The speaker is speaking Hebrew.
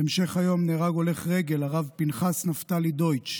בהמשך היום נהרג הולך רגל, הרב פנחס נפתלי דויטש,